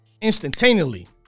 instantaneously